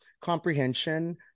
comprehension